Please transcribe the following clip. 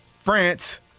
France